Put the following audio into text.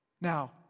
Now